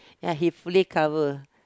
ya he fully cover